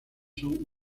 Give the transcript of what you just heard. son